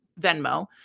Venmo